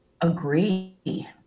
agree